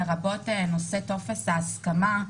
לרבות נושא טופס ההסכמה,